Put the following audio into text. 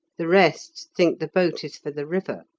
the rest think the boat is for the river.